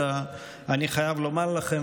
אלא אני חייב לומר לכם,